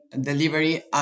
delivery